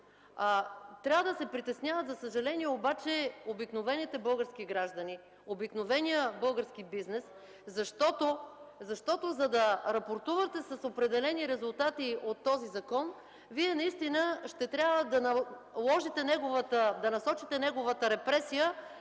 Трябва да се притесняват, за съжаление, обикновените български граждани, обикновеният български бизнес, защото за да рапортувате с определени резултати от този закон, Вие ще трябва да насочите неговата репресия